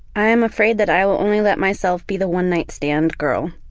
i'm afraid that i will only let myself be the one night stand girl.